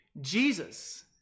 jesus